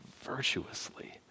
virtuously